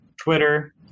Twitter